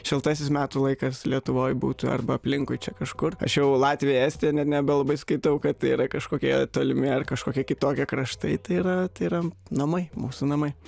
šiltasis metų laikas lietuvoj būtų arba aplinkui čia kažkur aš jau latviją estiją net nebelabai skaitau kad tai yra kažkokie tolimi ar kažkokie kitokie kraštai tai yra tai yra namai mūsų namai